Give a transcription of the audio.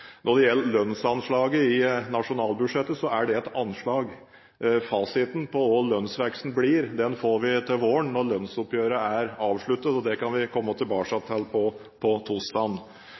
Når det gjelder lønnsanslaget i nasjonalbudsjettet, er det et anslag. Fasiten på hva lønnsveksten blir, får vi til våren når lønnsoppgjøret er avsluttet, og det kan vi komme tilbake til på